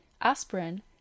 aspirin